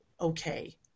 okay